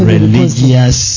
religious